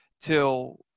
till